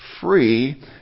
free